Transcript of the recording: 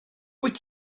wyt